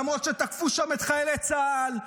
למרות שתקפו שם את חיילי צה"ל.